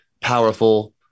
powerful